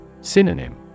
Synonym